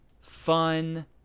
fun